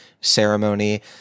ceremony